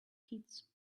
kids